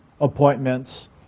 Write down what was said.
appointments